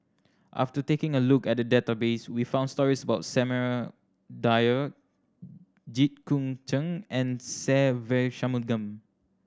after taking a look at the database we found stories about Samuel Dyer Jit Koon Ch'ng and Se Ve Shanmugam